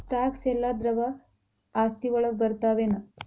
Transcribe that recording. Stocks ಯೆಲ್ಲಾ ದ್ರವ ಆಸ್ತಿ ವಳಗ್ ಬರ್ತಾವೆನ?